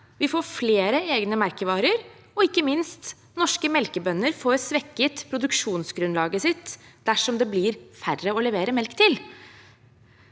vi får flere egne merkevarer, og ikke minst får norske melkebønder svekket produksjonsgrunnlaget sitt dersom det blir færre å levere melk til.